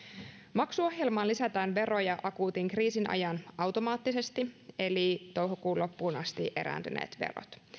maksuohjelmaan lisätään veroja akuutin kriisin ajan automaattisesti eli toukokuun loppuun asti erääntyneet verot